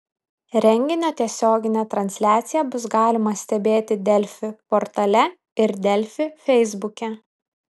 renginio tiesioginę transliaciją bus galima stebėti delfi portale ir delfi feisbuke